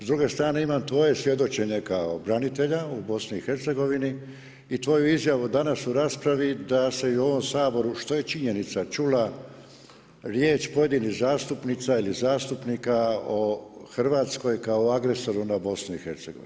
S druge strane imam tvoje svjedočenje kao branitelja u BIH i tvoju izjavu danas u raspravu, da se i u ovom Saboru, što je činjenica čula riječ, pojedina zastupnica ili zastupnika o Hrvatskoj kao agresoru na BIH.